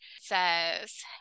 says